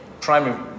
primary